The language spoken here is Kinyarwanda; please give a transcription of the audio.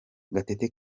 gatete